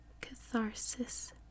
catharsis